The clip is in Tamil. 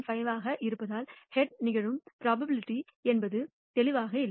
5 ஆக இருப்பதால் ஹெட் நிகழும் ப்ரோபபிலிட்டி என்பது தெளிவாக இல்லை